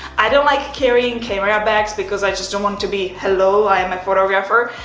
i don't like carrying camera bags because i just don't want to be hello, i am a photographer.